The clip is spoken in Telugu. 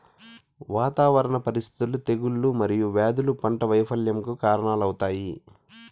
వాతావరణ పరిస్థితులు, తెగుళ్ళు మరియు వ్యాధులు పంట వైపల్యంకు కారణాలవుతాయి